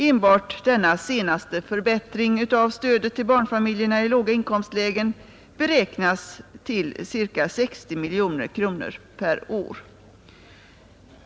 Enbart denna senaste förbättring av stödet till barnfamiljer i låga inkomstlägen beräknas till ca 60 miljoner kronor per år.